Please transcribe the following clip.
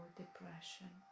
depression